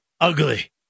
ugly